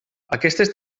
aquestes